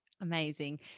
amazing